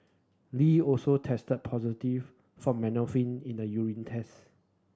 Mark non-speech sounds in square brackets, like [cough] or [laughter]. Lee also tested positive for [unintelligible] in the urine test